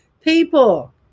People